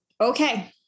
Okay